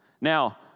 Now